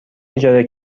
اجاره